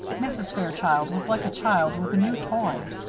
mrs. fairchild was like a child with a new toy.